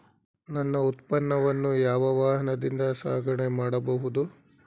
ನನ್ನ ಉತ್ಪನ್ನವನ್ನು ಯಾವ ವಾಹನದಿಂದ ಸಾಗಣೆ ಮಾಡಬಹುದು?